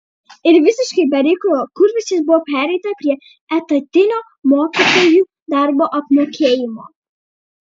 ir visiškai be reikalo kūlversčiais buvo pereita prie etatinio mokytojų darbo apmokėjimo